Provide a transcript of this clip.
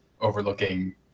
overlooking